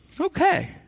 Okay